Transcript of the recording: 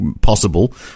possible